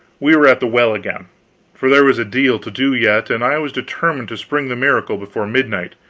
we were at the well again for there was a deal to do yet, and i was determined to spring the miracle before midnight,